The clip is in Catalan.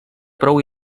prou